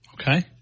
Okay